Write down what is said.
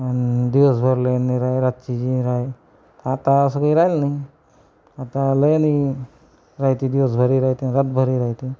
आणि दिवसभर लयन नाही राहे रातची जी राहे तर आता असं काही राहिलं नाही आता लयनही राह्यते दिवसभरही राह्यते आणि रातभरही राह्यते